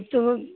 तो